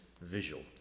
visual